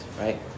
right